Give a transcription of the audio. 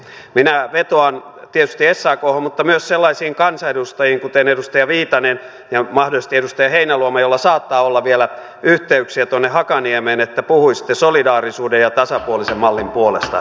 minä vetoan tietysti sakhon mutta myös sellaisiin kansanedustajiin kuten edustaja viitanen ja mahdollisesti edustaja heinäluoma joilla saattaa olla vielä yhteyksiä tuonne hakaniemeen että puhuisitte solidaarisuuden ja tasapuolisen mallin puolesta heille